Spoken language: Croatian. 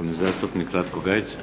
**Gajica, Ratko (SDSS)**